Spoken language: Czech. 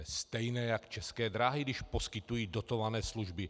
To je stejné jak české dráhy, když poskytují dotované služby.